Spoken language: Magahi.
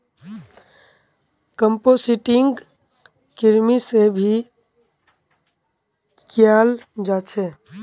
कम्पोस्टिंग कृमि से भी कियाल जा छे